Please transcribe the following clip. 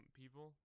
people